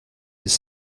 his